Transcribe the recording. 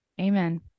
Amen